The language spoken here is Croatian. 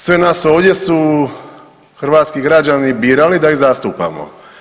Sve nas ovdje su hrvatski građani birali da ih zastupamo.